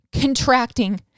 contracting